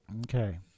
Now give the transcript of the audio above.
Okay